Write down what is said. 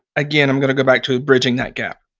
again, i'm going to go back to bridging that gap.